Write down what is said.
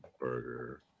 burger